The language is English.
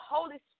Holy